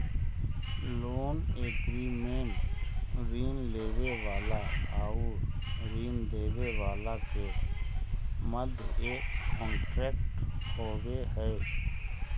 loan agreement ऋण लेवे वाला आउर ऋण देवे वाला के मध्य एक कॉन्ट्रैक्ट होवे हई